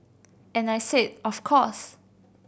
and I said of course